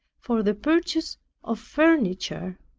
for the purchase of furniture.